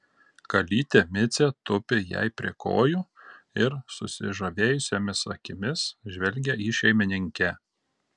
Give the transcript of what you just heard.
kalytė micė tupi jai prie kojų ir susižavėjusiomis akimis žvelgia į šeimininkę